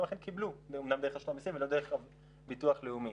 והם אכן קיבלו אמנם דרך רשות המיסים ולא דרך ביטוח לאומי,